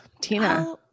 Tina